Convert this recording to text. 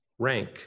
rank